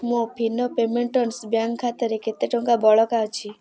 ମୋ Fino payments bank ଖାତାରେ କେତେ ଟଙ୍କା ବଳକା ଅଛି